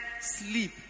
sleep